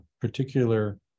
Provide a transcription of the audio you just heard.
particular